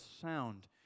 sound